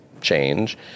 change